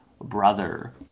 brother